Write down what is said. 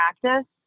practice